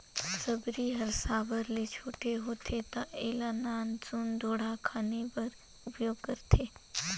सबरी हर साबर ले छोटे होथे ता एला नान सुन ढोड़गा खने बर उपियोग करथे